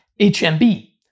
HMB